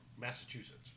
Massachusetts